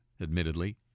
admittedly